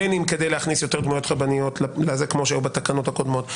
בין אם כדי להכניס יותר דמויות רבניות כמו שהיו בתקנות הקודמות,